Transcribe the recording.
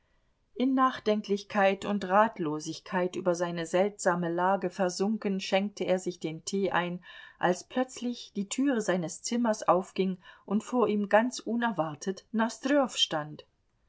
in nachdenklichkeit und ratlosigkeit über seine seltsame lage versunken schenkte er sich den tee ein als plötzlich die türe seines zimmers aufging und vor ihm ganz unerwartet nosdrjow stand